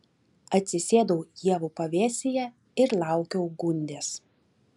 atsisėdau ievų pavėsyje ir laukiau gundės